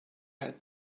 had